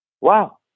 wow